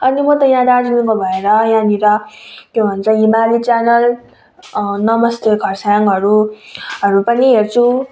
अनि म त यहाँ दार्जिलिङमा भएर यहाँनिर के भन्छ हिमाली च्यानल नमस्ते खरसाङहरू हरू पनि हेर्छु